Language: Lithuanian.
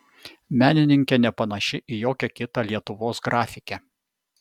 menininkė nepanaši į jokią kitą lietuvos grafikę